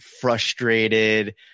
frustrated